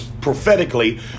prophetically